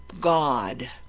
God